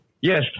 Yes